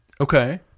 Okay